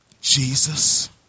Jesus